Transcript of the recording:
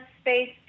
space